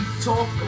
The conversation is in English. talk